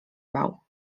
bał